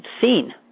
seen